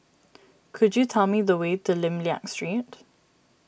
could you tell me the way to Lim Liak Street